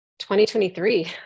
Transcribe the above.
2023